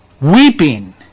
Weeping